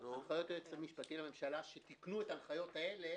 הנחיות היועץ המשפטי לממשלה שתיקנו את ההנחיות האלה